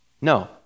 No